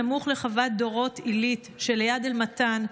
סמוך לחוות דורות עילית שליד אל מתן,